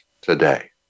today